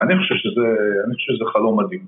‫אני חושב שזה, אני חושב שזה חלום מדהים.